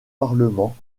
parlement